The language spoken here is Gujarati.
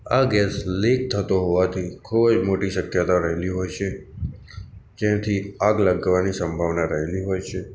આ ગૅસ લીક થતો હોવાથી ખૂબ જ મોટી શક્યતા રહેલી હોય છે તેનાથી આગ લાગવાની સંભાવના રહેલી હોય છે